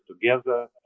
together